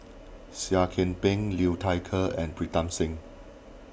Seah Kian Peng Liu Thai Ker and Pritam Singh